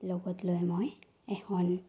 লগত লৈ মই এখন